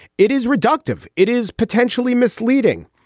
it is reductive. it is potentially misleading.